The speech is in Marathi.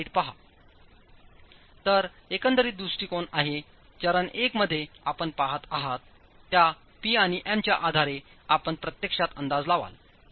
तर एकंदरीत दृष्टिकोन आहे चरण 1 मध्ये आपणपहात आहात त्याPआणि Mच्या आधारे आपण प्रत्यक्षात अंदाज लावाल